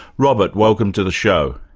robert, welcome to the show.